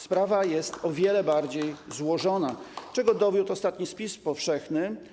Sprawa jest o wiele bardziej złożona, czego dowiódł ostatni spis powszechny.